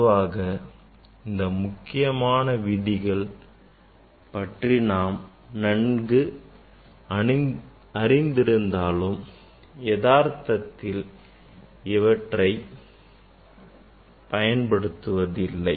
பொதுவாக இந்த முக்கியமான விதிகள் பற்றி நாம் நன்கு அறிந்திருந்தாலும் எதார்த்தத்தில் இவற்றை பயன்படுத்துவதில்லை